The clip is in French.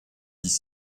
dix